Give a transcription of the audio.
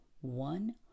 One